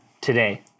today